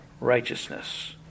righteousness